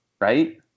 Right